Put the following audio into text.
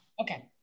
okay